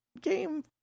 game